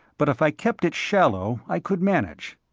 but if i kept it shallow, i could manage.